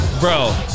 Bro